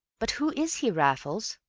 but who is he, raffles?